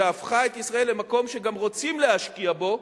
שהפכה את ישראל למקום שגם רוצים להשקיע בו,